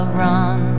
run